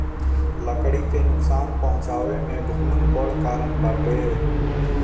लकड़ी के नुकसान पहुंचावे में घुन बड़ कारण बाटे